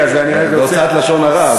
הוצאת לשון הרע.